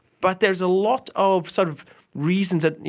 but there is a lot of sort of reasons that,